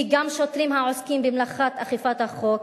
כי גם שוטרים העוסקים במלאכת אכיפת החוק,